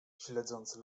śledząca